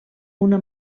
una